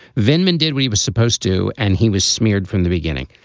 venkman did what he was supposed to and he was smeared from the beginning.